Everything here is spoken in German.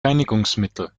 reinigungsmittel